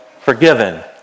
forgiven